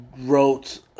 wrote